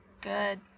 good